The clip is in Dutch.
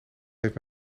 heeft